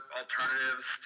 alternatives